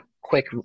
quick